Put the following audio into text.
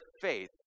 faith